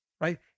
right